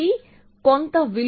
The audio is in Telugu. కొంత విలువ xT